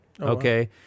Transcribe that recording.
Okay